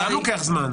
זה גם לוקח זמן.